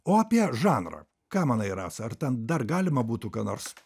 o apie žanrą ką manai rasa ar ten dar galima būtų ką nors